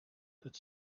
that